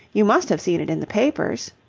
you must have seen it in the papers.